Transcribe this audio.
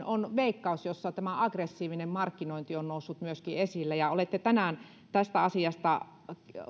on veikkaus jossa tämä aggressiivinen markkinointi on noussut myöskin esille ja olette tänään tästä asiasta